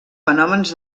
fenòmens